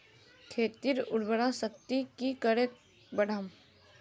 खेतीर उर्वरा शक्ति की करे बढ़ाम?